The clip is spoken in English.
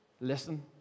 listen